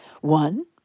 One